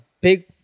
big